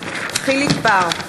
יחיאל חיליק בר,